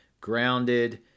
grounded